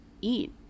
eat